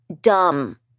dumb